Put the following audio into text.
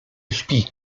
śpi